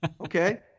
Okay